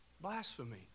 Blasphemy